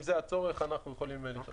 אם זה הצורך, אנחנו יכולים לחיות עם זה.